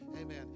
amen